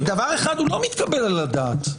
דבר אחד לא מתקבל על הדעת,